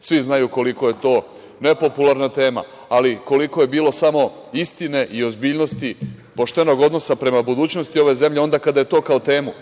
Svi znaju koliko je to nepopularna tema. Ali, koliko je bilo samo istine i ozbiljnosti, poštenog odnosa prema budućnosti ove zemlje onda kada je to kao temu,